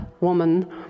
woman